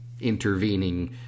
intervening